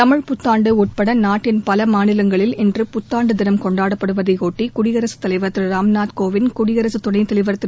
தமிழ்ப் புத்தாண்டு உட்பட நாட்டின் பல மாநிலங்களில் இன்று புத்தாண்டு தினம் கொண்டாடப்படுவதையொட்டி குடியரசுத் தலைவா் திருராம்நாத் கோவிந்த் குடியரசுத் துணைத் தலைவா் திரு